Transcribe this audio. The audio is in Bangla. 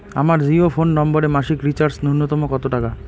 আমার জিও ফোন নম্বরে মাসিক রিচার্জ নূন্যতম কত টাকা?